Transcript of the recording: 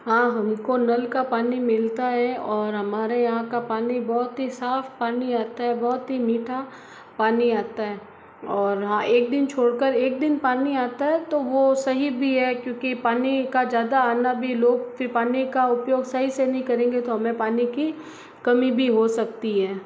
हाँ हमको नल का पानी मिलता है और हमारे यहाँ का पानी बहुत ही साफ़ पानी आता है बहुत ही मीठा पानी आता है और हाँ एक दिन छोड़ कर एक दिन पानी आता है तो वो सही भी है क्योंकि पानी का ज़्यादा आना भी लोग फिर पानी का उपयोग सही से नहीं करेंगे तो हमें पानी की कमी भी हो सकती है